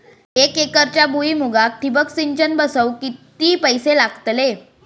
एक एकरच्या भुईमुगाक ठिबक सिंचन बसवूक किती पैशे लागतले?